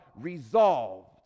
resolved